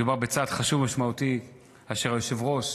מדובר בצעד חשוב ומשמעותי אשר היושב-ראש,